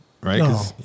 right